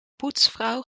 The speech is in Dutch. poetsvrouw